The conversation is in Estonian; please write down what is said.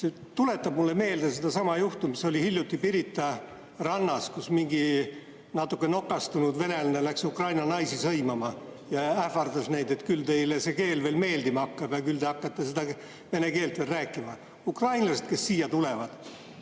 see tuletab mulle meelde sedasama juhtumit, mis oli hiljuti Pirita rannas, kus mingi natuke nokastanud venelane läks ukraina naisi sõimama. Ähvardas neid, et küll teile see keel veel meeldima hakkab ja küll te hakkate vene keelt rääkima. Ukrainlased, kes siia tulevad,